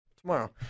tomorrow